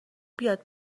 بیاد